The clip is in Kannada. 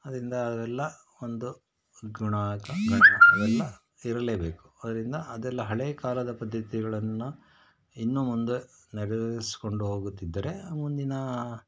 ಅದರಿಂದ ಅದೆಲ್ಲ ಒಂದು ಗುಣ ಗಣ ಅವೆಲ್ಲ ಇರಲೇಬೇಕು ಅದರಿಂದ ಅದೆಲ್ಲ ಹಳೆಯ ಕಾಲದ ಪದ್ಧತಿಗಳನ್ನು ಇನ್ನೂ ಮುಂದೆ ನೆರವೇರ್ಸ್ಕೊಂಡು ಹೋಗುತ್ತಿದ್ದರೆ ಮುಂದಿನ